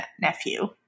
nephew